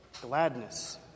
gladness